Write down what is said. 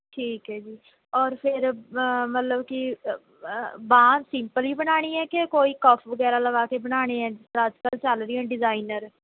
ਠੀਕ ਹੈ ਜੀ ਔਰ ਫਿਰ ਮਤਲਵ ਕੀ ਬਾਂਹ ਸਿੰਪਲ ਹੀ ਬਣਾਉਣੀ ਹੈ ਕੀ ਕੋਈ ਕਫ ਵਗੈਰਾ ਲਗਾ ਕੇ ਬਣਾਉਣੇ ਹੈ ਜਿੱਦਾਂ ਅੱਜ ਕੱਲ੍ਹ ਚੱਲ ਰਹੀਆਂ ਡਿਜ਼ਾਈਨਰ